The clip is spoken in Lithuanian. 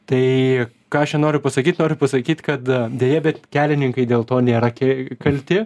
tai ką aš čia noriu pasakyt noriu pasakyt kad deja bet kelininkai dėl to nėra kel kalti